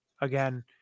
Again